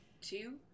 two